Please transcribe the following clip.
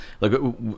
Look